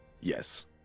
Yes